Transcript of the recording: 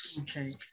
okay